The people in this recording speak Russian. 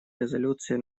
резолюции